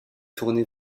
tournée